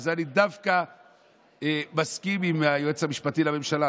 בזה אני דווקא מסכים עם היועץ המשפטי לממשלה.